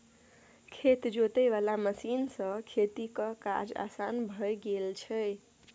खेत जोते वाला मशीन सँ खेतीक काज असान भए गेल छै